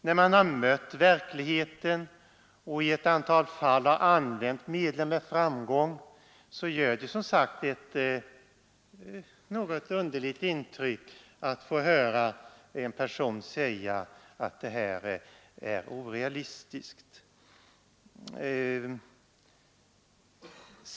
När man som jag tidigare sagt i ett antal fall i verkligheten har använt medlen med framgång gör det ett underligt intryck att höra en person säga att reservanternas önskemål är orealistiska.